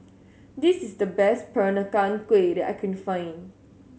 this is the best Peranakan Kueh that I can find